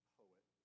poet